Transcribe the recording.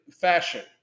fashion